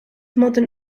modern